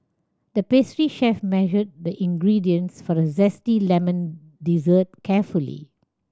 the pastry chef measured the ingredients for a zesty lemon dessert carefully